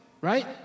right